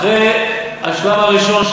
אחרי השלב הראשון,